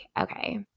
Okay